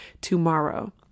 tomorrow